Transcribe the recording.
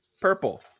purple